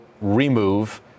remove